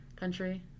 country